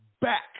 back